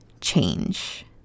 change